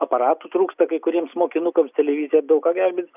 aparatų trūksta kai kuriems mokinukams televizija daug ką gelbės